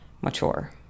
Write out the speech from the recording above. mature